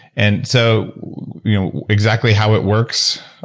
and so you know exactly how it works,